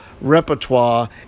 repertoire